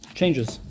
changes